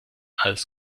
als